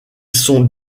sont